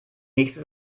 nächste